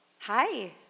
Hi